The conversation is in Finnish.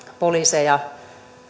poliiseja